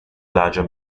larger